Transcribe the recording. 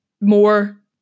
more